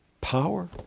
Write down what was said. power